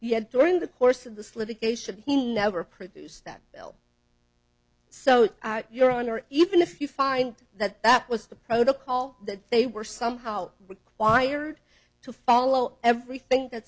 yet during the course of this litigation he never produced that bill so your honor even if you find that that was the protocol that they were somehow required to follow everything that